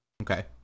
Okay